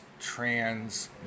trans